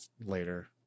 later